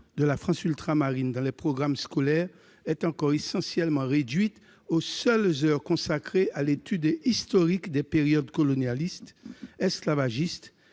de la France ultramarine dans les programmes scolaires est encore essentiellement réduite aux seules heures consacrées à l'étude historique des périodes colonialistes, esclavagistes